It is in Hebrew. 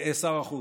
ושר החוץ,